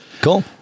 Cool